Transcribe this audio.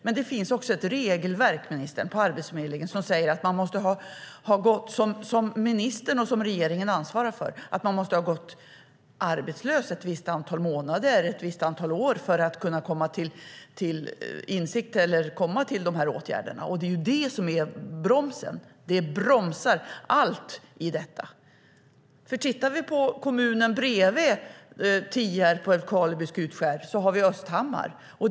Men det finns också ett regelverk på Arbetsförmedlingen, som ministern och regeringen ansvarar för, som säger att man måste ha gått arbetslös ett visst antal månader eller ett visst antal år för att kunna komma till de här åtgärderna. Det är det som är bromsen. Det bromsar allt i detta. Nära Tierp, Älvkarleby och Skutskär ligger Östhammar.